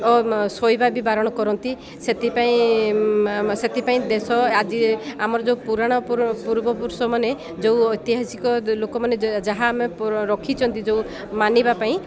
ଓ ଶୋଇବା ବି ବାରଣ କରନ୍ତି ସେଥିପାଇଁ ସେଥିପାଇଁ ଦେଶ ଆଜି ଆମର ଯେଉଁ ପୁରାଣ ପୂର୍ବ ପୁରୁଷମାନେ ଯେଉଁ ଐତିହାସିକ ଲୋକମାନେ ଯାହା ଆମେ ରଖିଛନ୍ତି ଯେଉଁ ମାନିବା ପାଇଁ